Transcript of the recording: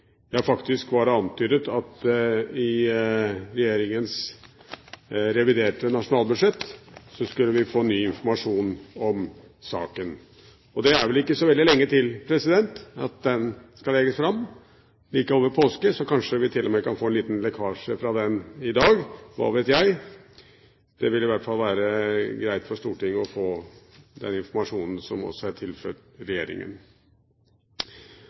Det var faktisk antydet at i regjeringens reviderte nasjonalbudsjett skulle vi få ny informasjon om saken. Det er vel ikke så veldig lenge til det skal legges fram – like over påske – så kanskje vi til og med kan få en liten lekkasje fra det i dag, hva vet jeg. Det ville i hvert fall være greit for Stortinget å få den informasjonen som også er